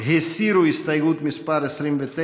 הסירו את הסתייגות מס' 29,